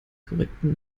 korrekten